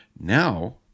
now